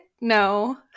No